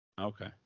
Okay